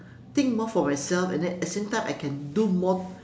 think more for myself and then at the same time I can do more